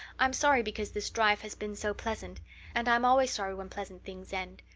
i'm sorry because this drive has been so pleasant and i'm always sorry when pleasant things end.